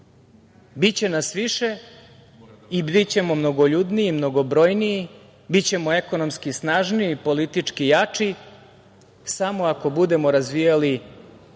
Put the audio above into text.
Biće nas više i bićemo mnogoljudniji i mnogobrojniji, bićemo ekonomski snažniji i politički jači samo ako budemo razvijali